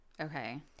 Okay